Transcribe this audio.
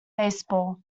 baseball